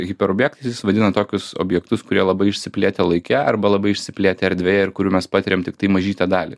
hiperobjektais jis vadina tokius objektus kurie labai išsiplėtę laike arba labai išsiplėtę erdvėje ir kurių mes patiriam tiktai mažytę dalį